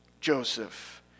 Joseph